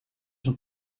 dan